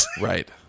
right